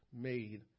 made